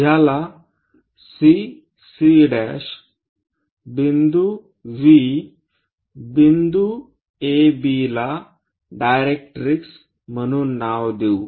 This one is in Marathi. ह्याला CC' बिंदू V बिंदू AB ला डायरेक्ट्रिक्स म्हणून नाव देऊ